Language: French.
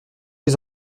les